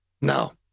No